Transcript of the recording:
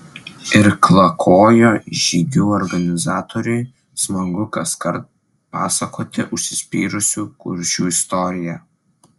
irklakojo žygių organizatoriui smagu kaskart pasakoti užsispyrusių kuršių istoriją